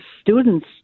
students